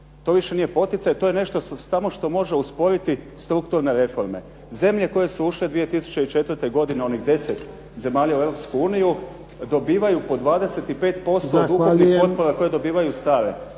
to više nije poticaj. To je nešto samo što može usporiti strukturne reforme. Zemlje koje su ušle 2004. godine onih 10 zemalja u Europsku uniju dobivaju po 25% od ukupnih potpora koje dobivaju stare